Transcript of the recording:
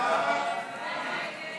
ההצעה